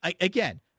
Again